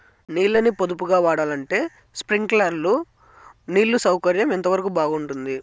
నీళ్ళ ని పొదుపుగా వాడాలంటే స్ప్రింక్లర్లు నీళ్లు సౌకర్యం ఎంతవరకు బాగుంటుంది?